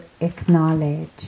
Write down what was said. acknowledge